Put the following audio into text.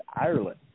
Ireland